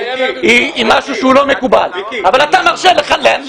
זה משהו שהוא לא מקובל אבל אתה מרשה להם.